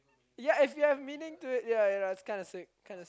ya it should have meaning to it ya that's kind of sick kind of